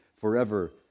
forever